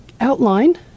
outline